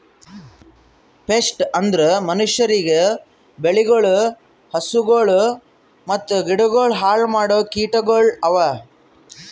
pest ಅಂದುರ್ ಮನುಷ್ಯರಿಗ್, ಬೆಳಿಗೊಳ್, ಹಸುಗೊಳ್ ಮತ್ತ ಗಿಡಗೊಳ್ ಹಾಳ್ ಮಾಡೋ ಕೀಟಗೊಳ್ ಅವಾ